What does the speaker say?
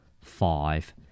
Five